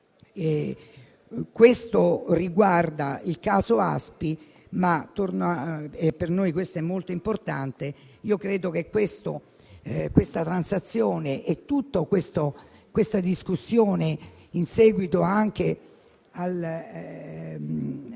questo riguarda il caso ASPI, ma - per noi questo è molto importante - credo che questa transazione e tutta la discussione svolta anche in